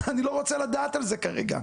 אני לא רוצה לדעת על זה כרגע.